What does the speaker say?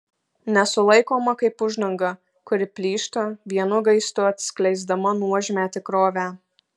nesulaikoma kaip uždanga kuri plyšta vienu gaistu atskleisdama nuožmią tikrovę